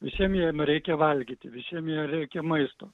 visiem jiem reikia valgyti visiems jiem reikia maisto